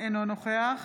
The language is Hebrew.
אינו נוכח